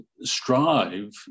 strive